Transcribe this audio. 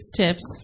tips